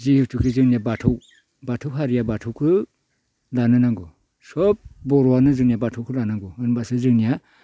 जिहेथु जोंना बाथौ बाथौ हारिया बाथौखो लानो नांगौ सब बर'आनो जोंनिया बाथौखौ लानांगौ होमब्लासो जोंनिया